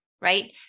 right